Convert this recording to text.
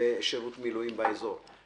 בשירות מילואים באיזור.